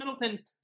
Middleton